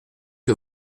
que